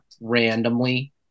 randomly